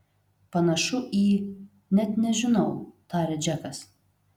panašu į net nežinau tarė džekas